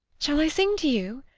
shall i sing to you?